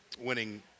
winning